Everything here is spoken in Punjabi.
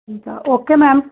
ਠੀਕ ਆ ਓਕੇ ਮੈਮ